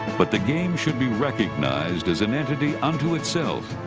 but the game should be recognized as an entity unto itself.